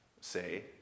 say